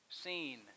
seen